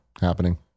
happening